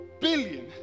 billion